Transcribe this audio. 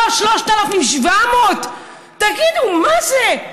פה, 3,700 תגידו מה זה?